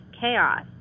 chaos